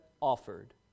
offered